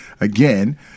again